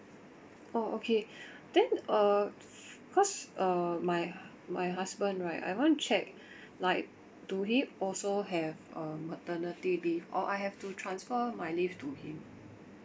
oh okay then uh because uh my my husband right I want check like do he also have a maternity leave or I have to transfer my leave to him